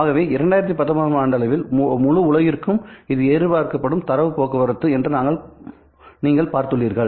ஆகவே 2019 ஆம் ஆண்டளவில் முழு உலகிற்கும் இது எதிர்பார்க்கப்படும் தரவு போக்குவரத்து என்று நீங்கள் பார்த்துள்ளீர்கள்